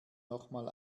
nochmal